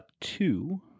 two